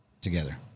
together